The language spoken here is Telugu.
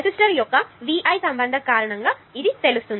రెసిస్టర్ యొక్క VI సంబంధం కారణంగా ఇది తెలుసు